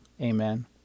Amen